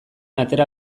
atera